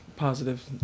positive